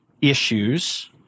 issues